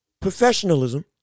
professionalism